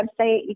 website